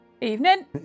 Evening